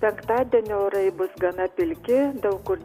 penktadienį orai bus gana pilki daug kur